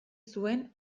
zuen